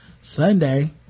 Sunday